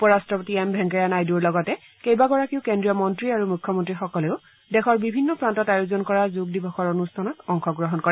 উপৰাট্টপতি এম ভেংকয়া নাইডুৰ লগতে কেইবাগৰাকীও কেন্দ্ৰীয় মন্ত্ৰী আৰু মুখ্যমন্ত্ৰীসকলেও দেশৰ বিভিন্ন প্ৰান্তত আয়োজন কৰা যোগ দিৱসৰ অনুষ্ঠানত অংশ গ্ৰহণ কৰে